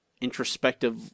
introspective